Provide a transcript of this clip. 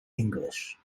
english